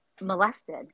molested